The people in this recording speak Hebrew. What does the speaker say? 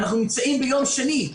ואנחנו נמצאים ביום שני.